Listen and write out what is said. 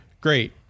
Great